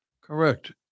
correct